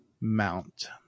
mount